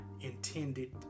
intended